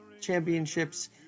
championships